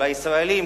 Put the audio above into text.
של הישראלים,